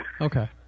Okay